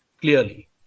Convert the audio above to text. Clearly